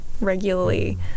regularly